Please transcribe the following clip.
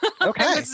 okay